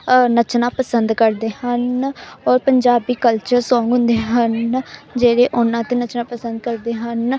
ਨੱਚਣਾ ਪਸੰਦ ਕਰਦੇ ਹਨ ਔਰ ਪੰਜਾਬੀ ਕਲਚਰ ਸੌਂਗ ਹੁੰਦੇ ਹਨ ਜਿਹੜੇ ਉਹਨਾਂ 'ਤੇ ਨੱਚਣਾ ਪਸੰਦ ਕਰਦੇ ਹਨ